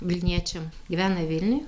vilniečiam gyvena vilniuj